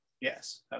Yes